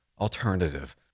alternative